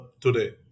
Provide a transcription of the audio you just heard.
today